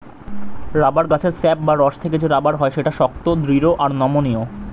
rubber গাছের sap বা রস থেকে যে রাবার হয় সেটা শক্ত, দৃঢ় আর নমনীয়